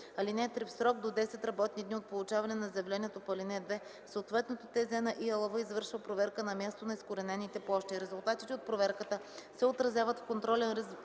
ал. 7. (3) В срок до 10 работни дни от получаване на заявлението по ал. 2 съответното ТЗ на ИАЛВ извършва проверка на място на изкоренените площи. Резултатите от проверката се отразяват в контролен лист